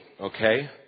okay